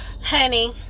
Honey